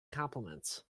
compliments